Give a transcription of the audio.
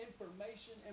information